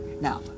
now